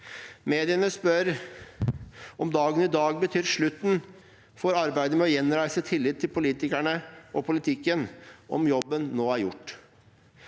Mediene spør om dagen i dag betyr slutten på arbeidet med å gjenreise tillit til politikerne og politikken, om jobben nå er gjort.